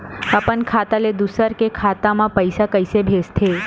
अपन खाता ले दुसर के खाता मा पईसा कइसे भेजथे?